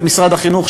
את משרד החינוך,